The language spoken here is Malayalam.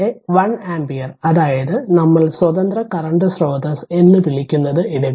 അതിനാൽ ഇവിടെ 1 ആമ്പിയർ അതായത് നമ്മൾ സ്വതന്ത്ര കറന്റ് സ്രോതസ്സ് എന്നു വിളിക്കുന്നത് ഇടുക